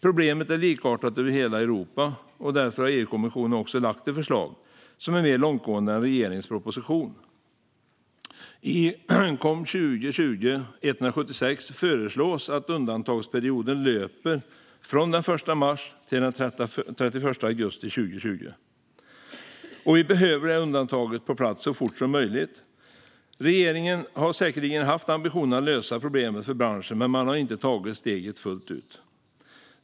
Problemet är likartat över hela Europa, och därför har EU-kommissionen lagt fram ett förslag som är mer långtgående än regeringens proposition. I COM 176 föreslås att undantagsperioden löper från den 1 mars till den 31 augusti 2020. Vi behöver detta undantag på plats så fort som möjligt. Regeringen har säkerligen haft ambitionen att lösa problemet för branschen, men man har inte tagit steget fullt ut.